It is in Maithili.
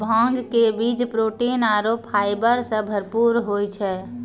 भांग के बीज प्रोटीन आरो फाइबर सॅ भरपूर होय छै